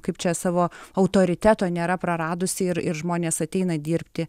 kaip čia savo autoriteto nėra praradusi ir ir žmonės ateina dirbti